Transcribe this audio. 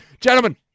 Gentlemen